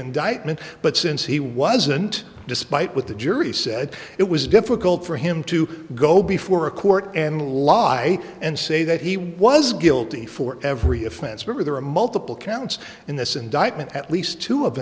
indictment but since he wasn't despite what the jury said it was difficult for him to go before a court and lie and say that he was guilty for every offense for there are multiple counts in this indictment at least two of